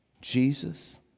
Jesus